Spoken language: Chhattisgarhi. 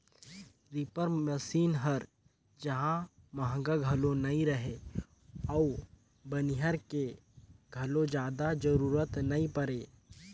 रीपर मसीन हर जहां महंगा घलो नई रहें अउ बनिहार के घलो जादा जरूरत नई परे